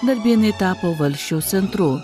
darbėnai tapo valsčiaus centru